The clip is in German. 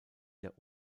der